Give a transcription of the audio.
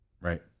Right